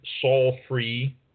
soul-free